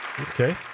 Okay